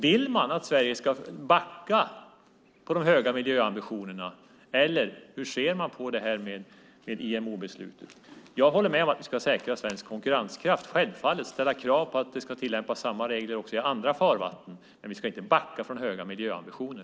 Vill man att Sverige ska backa från de höga miljöambitionerna, eller hur ser man på IMO-beslutet? Jag håller med om att vi ska säkra svensk konkurrenskraft och självfallet ställa krav på att det ska tillämpas samma regler också i andra farvatten, men vi ska inte backa från höga miljöambitioner.